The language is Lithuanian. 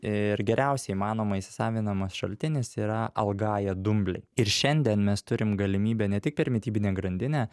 ir geriausiai įmanoma įsisavinamas šaltinis yra algae dumbliai ir šiandien mes turim galimybę ne tik per mitybinę grandinę